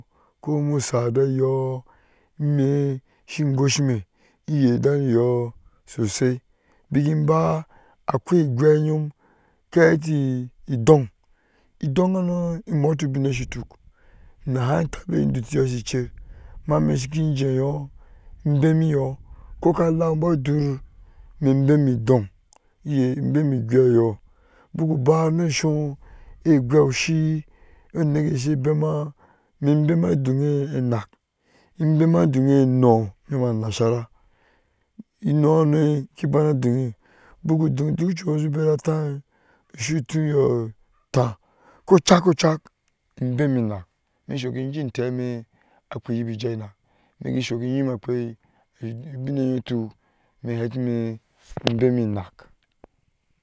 Komi sadayɔɔ imi shi goshe mɛ iayda niyɔɔ sosai beki baa akwai igwaiyɔɔm ka hete doŋ idoŋyonu imote ubenyɔɔ sutik enaheŋ taba duto yɔɔ shi cher amma mi ki jenyɔɔ shi cher mɛ bemi yɔɔ koka allow bɔɔ dor imi ebemi idon imi gbemi igwishi onike sa bema mɛ bema adɔɔŋe ɛno iyoma nasara enohahnu ke bana adɔɔŋe, buko dɔɔn duko chuyɔɔ sy bera tah otah ko chakko chake bema nak isuki jen temi akpe yepejah nak me gai suki nima akpe ubinyɔɔ su tuk mɛ hew te bemi nak.